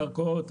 קרקעות,